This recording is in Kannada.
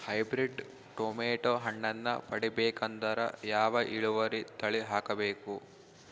ಹೈಬ್ರಿಡ್ ಟೊಮೇಟೊ ಹಣ್ಣನ್ನ ಪಡಿಬೇಕಂದರ ಯಾವ ಇಳುವರಿ ತಳಿ ಹಾಕಬೇಕು?